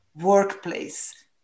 workplace